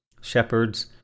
shepherds